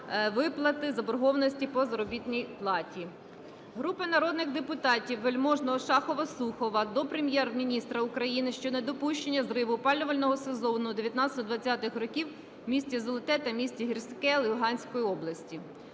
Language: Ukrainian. виплати заборгованості по заробітній платі. Групи народних депутатів (Вельможного, Шахова, Сухова) до Прем'єр-міністра України щодо недопущення зриву опалювального сезону 2019-2020 років в місті Золоте та місті Гірське Луганської області.